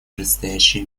предстоящие